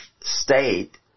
state